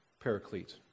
paraclete